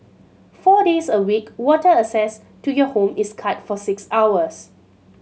four days a week water access to your home is cut for six hours